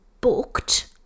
booked